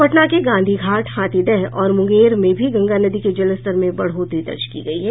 पटना के गांधी घाट हाथीदह और मुंगेर में गंगा नदी के जलस्तर में बढ़ोतरी दर्ज की गयी है